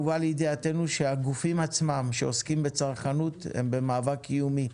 הובא לידיעתנו שהגופים עצמם שעוסקים בצרכנות הם במאבק קיומי.